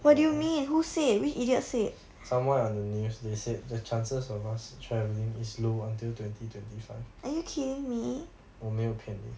err someone on the news they said the chances of us travelling is low until twenty twenty five 我没有骗你